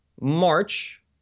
March